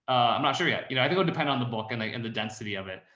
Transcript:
i'm not sure yet, you know, i think would depend on the book and like and the density of it,